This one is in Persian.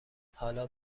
حالا